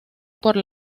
por